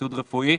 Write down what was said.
ציוד רפואי,